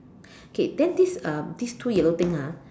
okay then these um these two yellow things ah